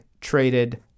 traded